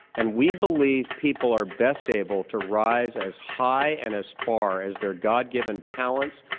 and we believe people are best able to rise as high and as far as their god-given talents,